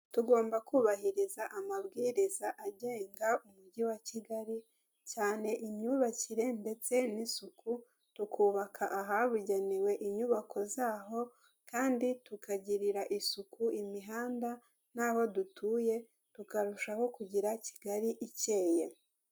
Tugomba kubahiriza amabwiriza agenga umujyi wa Kigali, cyane imyubakire ndetse n'isuku tukubaka ahabugenewe inyubako zaho, kandi tukagirira isuku imihanda n'aho dutuye tukarushaho kugira Kigali ikeye.